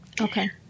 Okay